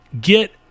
get –